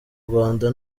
rwanda